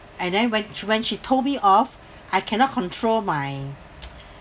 and then when sh~ when she told me off I cannot control my